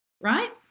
Right